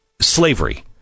slavery